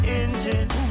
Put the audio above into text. engine